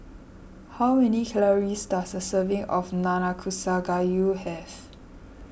how many calories does a serving of Nanakusa Gayu have